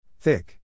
Thick